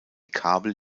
kabel